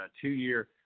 two-year